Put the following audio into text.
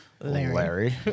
Larry